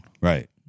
Right